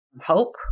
hope